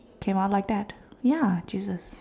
came out like that ya Jesus